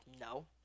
no